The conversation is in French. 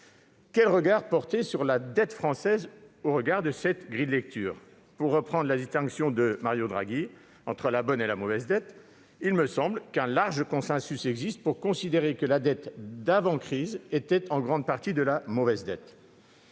Quel regard porter sur la dette française au regard de cette grille de lecture ? Pour reprendre la distinction de Mario Draghi entre la « bonne » et la « mauvaise » dette, il me semble qu'un large consensus existe pour considérer que la dette d'avant-crise était en grande partie de la « mauvaise » dette.